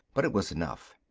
but it was enough.